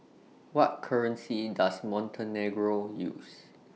What currency Does Montenegro use